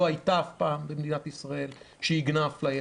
לא הייתה אף פעם במדינת ישראל פרשנות שעיגנה אפליה,